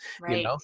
Right